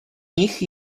nich